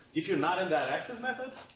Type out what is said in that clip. if you're not in that access method,